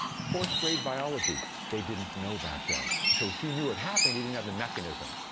fourth grade biology, they didn't know back then. so he knew it happened, he didn't have the mechanism.